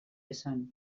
esan